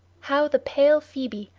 how the pale phoebe,